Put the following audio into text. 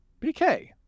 BK